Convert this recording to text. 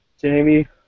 Jamie